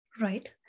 right